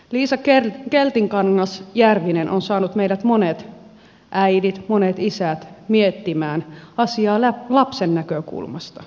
liisa keltikangas järvinen on saanut meidät monet äidit monet isät miettimään asiaa lapsen näkökulmasta